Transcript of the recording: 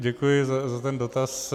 Děkuji za ten dotaz.